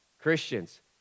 Christians